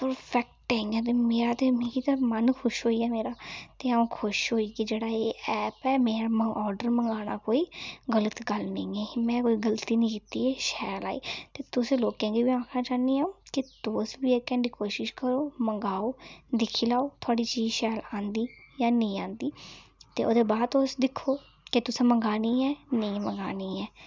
perfect ऐ इ'यां ते मेरा ते मिकी ते मन्न खुश होई गेआ मेरा ते आ'ऊं खुश होई के जेह्ड़ा एह् ऐप ऐ में आर्डर मंगाना कोई गलत गल्ल नेईं ऐ ही में कोई गल्ती नि कीती शैल आई ते तुसें लोकें गी बी अक्खना चाह्न्नी आं के तुस बी इक हैंडी कोशिश करो मंगाओ दिक्खी लैओ थोआड़ी चीज शैल आंदी जां नेईं आंदी ते ओह्दे बाद तुस दिक्खो के तुसें मंगानी ऐ नेईं मंगानी ऐ